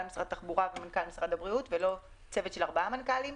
משרד התחבורה ומנכ"ל משרד הבריאות ולא צוות של ארבעה מנכ"לים.